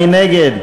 מי נגד?